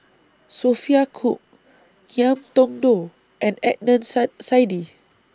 Sophia Cooke Ngiam Tong Dow and Adnan Saidi